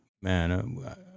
Man